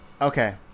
Okay